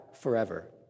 forever